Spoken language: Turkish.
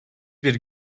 bir